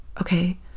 Okay